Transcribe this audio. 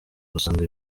gusanga